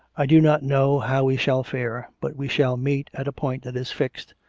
i do not know how we shall fare, but we shall meet at a point that is fixed,